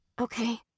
Okay